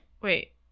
Wait